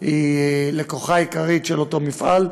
היא לקוחה עיקרית של אותו מפעל,